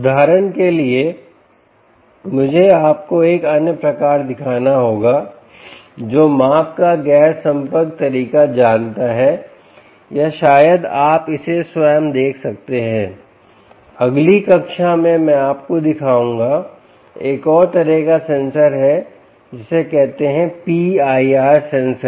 उदाहरण के लिए मुझे आपको एक अन्य प्रकार दिखाना होगा जो माप का गैर संपर्क तरीका जानता है या शायद आप इसे स्वयं देख सकते हैं अगली कक्षा में मैं आपको दिखाऊँगा एक और तरह का सेंसर है जिसको कहते हैं PIR सेंसर